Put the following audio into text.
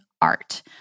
art